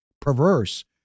perverse